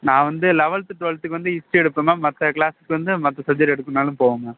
நான் வந்து லெவல்த்து டுவல்த்துக்கு வந்து ஹிஸ்ட்ரி எடுப்பேன் மேம் மற்ற க்ளாஸுக்கு வந்து மற்ற சப்ஜெக்ட் எடுக்கணுன்னாலும் போவேன் மேம்